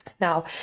now